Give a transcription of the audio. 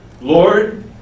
Lord